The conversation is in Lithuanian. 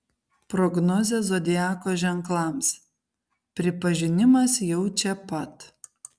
prognozė zodiako ženklams pripažinimas jau čia pat